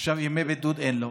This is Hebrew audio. עכשיו ימי בידוד אין לו,